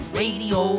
radio